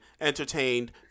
entertained